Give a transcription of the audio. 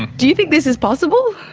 do you think this is possible?